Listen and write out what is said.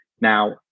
Now